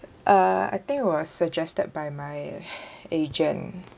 uh I think it was suggested by my agent